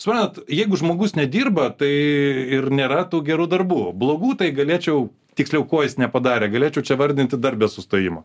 suprantat jeigu žmogus nedirba tai ir nėra tų gerų darbų blogų tai galėčiau tiksliau ko jis nepadarė galėčiau čia vardinti dar be sustojimo